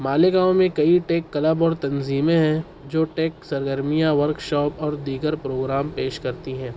ماليگاؤں ميں کئى tech club اور تنظیمیں ہیں جو ٹیک سرگرمیاں ورکشاپ اور دیگر پروگرام پیش كرتى ہیں